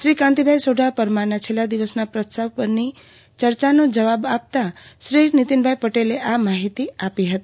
શ્રી કાંતિભાઈ સોઢા પરમારના છેલ્લાં દિવસના પ્રસ્તાવ પરની ચર્ચાનો જવાબ આપતાં શ્રી નીતિનભાઈ પટેલે આ માહિતી આપી હતી